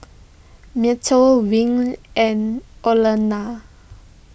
Mateo Win and Orlena